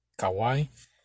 kawaii